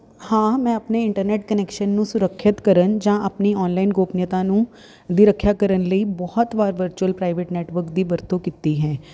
ਹਾਂ ਮੈਂ ਆਪਣੇ ਇੰਟਰਨੈਟ ਕਨੈਕਸ਼ਨ ਨੂੰ ਸੁਰੱਖਿਅਤ ਕਰਨ ਜਾਂ ਆਪਣੀ ਆਨਲਾਈਨ ਗੋਪਨੀਅਤਾ ਨੂੰ ਦੀ ਰੱਖਿਆ ਕਰਨ ਲਈ ਬਹੁਤ ਵਾਰ ਵਰਚੁਅਲ ਪ੍ਰਾਈਵੇਟ ਨੈਟਵਰਕ ਦੀ ਵਰਤੋਂ ਕੀਤੀ ਹੈ